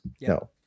No